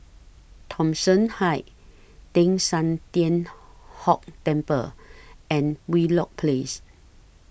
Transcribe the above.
Thomson Heights Teng San Tian Hock Temple and Wheelock Place